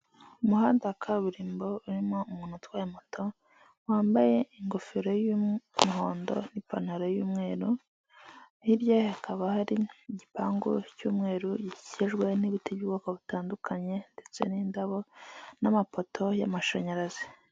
Umuhanda wa kaburimbo urimo umuntu utwaye moto wambaye ingofero y'umuhondo, n'ipantaro y'umweru, hirya ye hakaba hari igipangu cy'umweru gikikijwe n'ibiti by'ubwoko butandukanye ndetse n'indabo n'amapoto y'amashanyarazi.